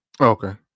Okay